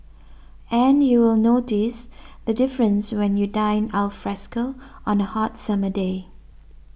and you will notice the difference when you dine alfresco on a hot summer day